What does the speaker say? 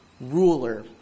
ruler